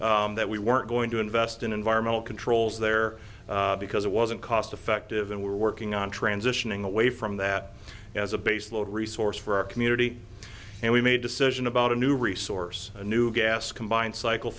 that we weren't going to invest in environmental controls there because it wasn't cost effective and we were working on transitioning away from that as a base load resource for our community and we made decision about a new resource a new gas combined cycle